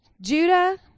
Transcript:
Judah